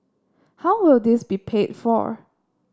how will this be paid for